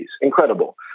Incredible